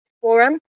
Forum